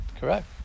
Correct